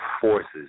forces